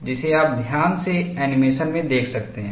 जिसे आप ध्यान से एनीमेशन में देख सकते हैं